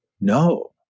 no